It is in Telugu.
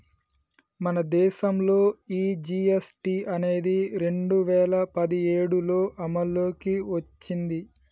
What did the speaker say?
మన దేసంలో ఈ జీ.ఎస్.టి అనేది రెండు వేల పదిఏడులో అమల్లోకి ఓచ్చింది